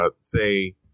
say